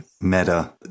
meta